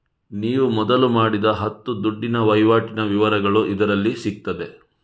ನೀವು ಮೊದಲು ಮಾಡಿದ ಹತ್ತು ದುಡ್ಡಿನ ವೈವಾಟಿನ ವಿವರಗಳು ಇದರಲ್ಲಿ ಸಿಗ್ತದೆ